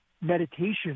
meditation